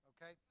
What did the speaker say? Okay